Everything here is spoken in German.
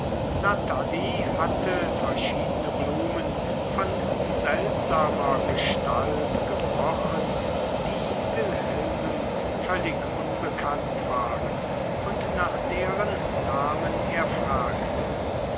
natalie hatte verschiedene blumen von seltsamer gestalt gebrochen die wilhelmen völlig unbekannt waren und nach deren namen er fragte